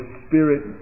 spirit